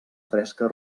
fresca